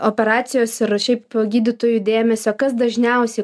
operacijos ir šiaip gydytojų dėmesio kas dažniausiai